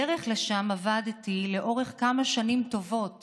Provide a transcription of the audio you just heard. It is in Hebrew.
בדרך לשם, עבדתי לאורך כמה שנים טובות